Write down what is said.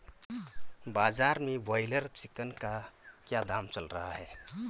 बाजार में broiler chicken का क्या दाम चल रहा है?